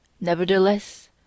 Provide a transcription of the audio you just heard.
Nevertheless